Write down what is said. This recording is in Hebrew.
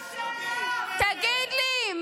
על הידיים שלך --- תגיד לי,